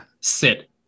sit